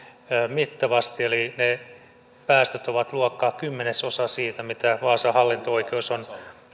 mittavasti eli ne päästöt ovat luokkaa kymmenesosa siitä mitä vaasan hallinto oikeus on